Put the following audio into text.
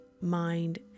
mind